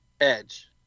Edge